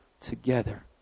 together